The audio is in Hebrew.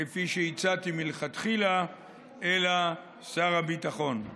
כפי שהצעתי מלכתחילה, אלא שר הביטחון.